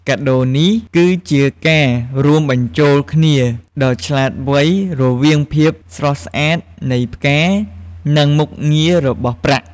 កាដូនេះ គឺជាការរួមបញ្ចូលគ្នាដ៏ឆ្លាតវៃរវាងភាពស្រស់ស្អាតនៃផ្កា និងមុខងាររបស់ប្រាក់។